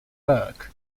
burke